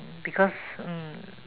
mm because mm